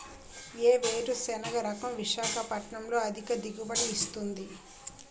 ఏ వేరుసెనగ రకం విశాఖపట్నం లో అధిక దిగుబడి ఇస్తుంది?